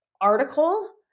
article